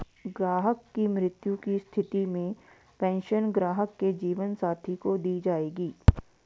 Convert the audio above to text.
ग्राहक की मृत्यु की स्थिति में पेंशन ग्राहक के जीवन साथी को दी जायेगी